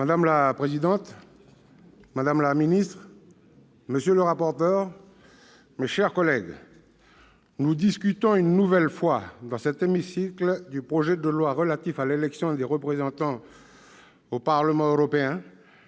Madame la présidente, madame la ministre, mes chers collègues, nous discutons une nouvelle fois, dans cet hémicycle, du projet de loi relatif à l'élection des représentants au Parlement européen,